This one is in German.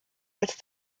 als